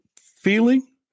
feeling